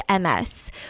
MS